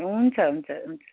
हुन्छ हुन्छ हुन्छ